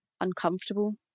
uncomfortable